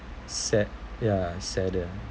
sad ya sadder